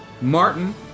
Martin